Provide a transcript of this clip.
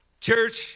Church